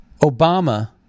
Obama